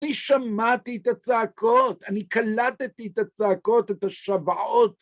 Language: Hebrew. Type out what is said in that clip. ‫אני שמעתי את הצעקות, ‫אני קלטתי את הצעקות, את השוועות.